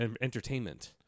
entertainment